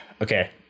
okay